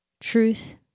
truth